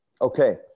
Okay